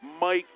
Mike